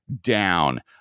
down